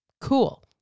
Cool